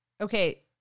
okay